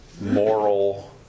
moral